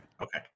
okay